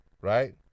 right